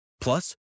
Plus